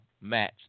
match